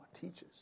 teaches